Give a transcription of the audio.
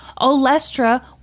Olestra